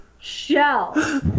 shell